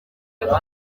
wese